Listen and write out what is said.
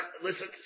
listen